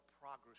progress